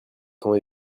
temps